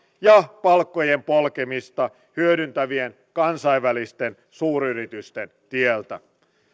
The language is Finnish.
ja palkkojen polkemista hyödyntävien kansainvälisten suuryritysten tieltä